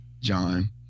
John